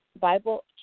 Bible